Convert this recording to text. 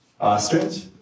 Ostrich